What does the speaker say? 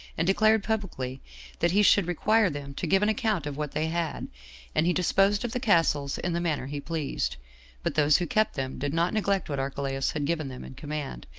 and declared publicly that he should require them to give an account of what they had and he disposed of the castles in the manner he pleased but those who kept them did not neglect what archelaus had given them in command,